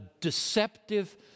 deceptive